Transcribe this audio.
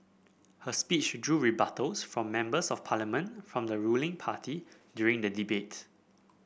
her speech drew rebuttals from Members of Parliament from the ruling party during the debate